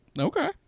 Okay